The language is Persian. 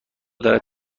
دارد